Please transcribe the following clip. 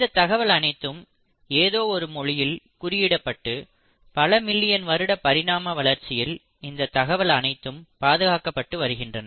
இந்த தகவல் அனைத்தும் ஏதோ ஒரு மொழியில் குறியிடப்பட்டு பல பில்லியன் வருட பரிணாம வளர்ச்சியில் இந்த தகவல் அனைத்தும் பாதுகாக்கப்பட்டு வருகின்றன